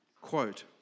quote